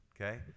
okay